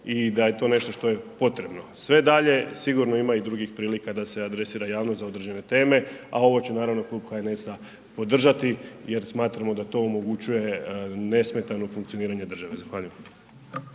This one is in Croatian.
i da će to nešto što je potrebno. Sve dalje sigurno ima i drugih prilika da se adresira javnost za određene teme, a ovo će naravno klub HNS-a podržati jer smatramo da to omogućuje nesmetano funkcioniranje države. Zahvaljujem.